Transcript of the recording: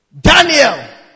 Daniel